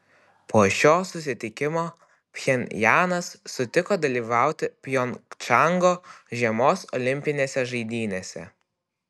po šio susitikimo pchenjanas sutiko dalyvauti pjongčango žiemos olimpinėse žaidynėse